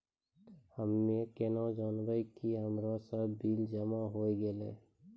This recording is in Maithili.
हम्मे केना जानबै कि हमरो सब बिल जमा होय गैलै?